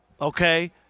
okay